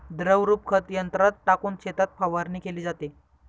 द्रवरूप खत यंत्रात टाकून शेतात फवारणी केली जाते